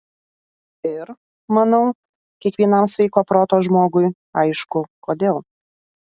ir manau kiekvienam sveiko proto žmogui aišku kodėl